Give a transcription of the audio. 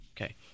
Okay